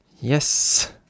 yes